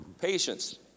Patience